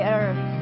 earth